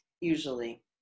usually